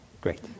Great